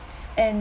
and